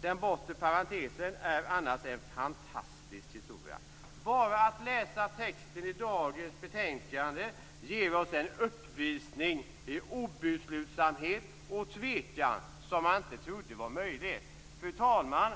den bortre parentesen är annars en fantastisk historia. Bara genom att läsa texten i dagens betänkande får vi en uppvisning i obeslutsamhet och tvekan som man inte trodde var möjlig. Fru talman!